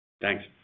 Thanks